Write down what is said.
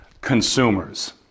consumers